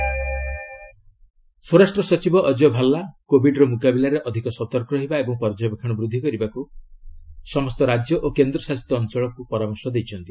home secretary states ସ୍ୱରାଷ୍ଟ ସଚିବ ଅଜୟ ଭାଲା କୋବିଡର ମ୍ରକାବିଲାରେ ଅଧିକ ସତର୍କ ରହିବା ଓ ପର୍ଯ୍ୟବେକ୍ଷଣ ବୃଦ୍ଧି କରିବାକୁ ସମସ୍ତ ରାଜ୍ୟ ଓ କେନ୍ଦ୍ରଶାସିତ ଅଞ୍ଚଳକ୍ତ ପରାମର୍ଶ ଦେଇଛନ୍ତି